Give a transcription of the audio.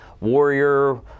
warrior